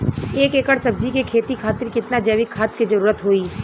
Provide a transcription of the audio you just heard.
एक एकड़ सब्जी के खेती खातिर कितना जैविक खाद के जरूरत होई?